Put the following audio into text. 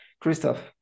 Christoph